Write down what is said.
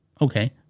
Okay